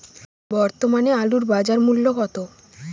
বর্তমানে আলুর বাজার মূল্য কত?